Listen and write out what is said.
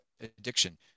addiction